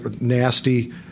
nasty